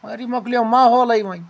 مگر یہِ مۄکلیو ماحولٕے وۄنۍ